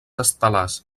estel·lars